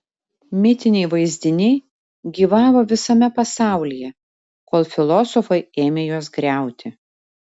mitiniai vaizdiniai gyvavo visame pasaulyje kol filosofai ėmė juos griauti